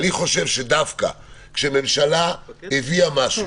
אני חושב שדווקא כשהממשלה הביאה משהו